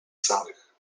samych